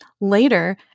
later